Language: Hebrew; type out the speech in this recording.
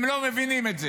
הם לא מבינים את זה.